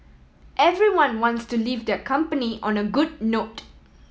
everyone wants to leave their company on a good note